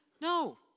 No